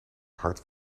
hard